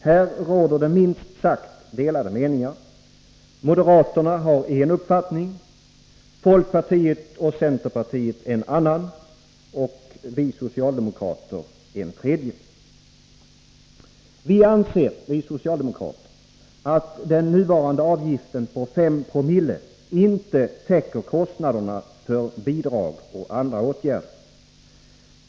Här råder det minst sagt delade meningar. Moderaterna har en uppfattning, folkpartiet och centerpartiet en annan och vi socialdemokrater en tredje. Vi socialdemokrater anser att den nuvarande avgiften på 5 oo inte täcker kostnaderna för bidrag och andra åtgärder.